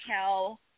tell –